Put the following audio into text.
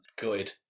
Good